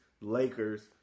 Lakers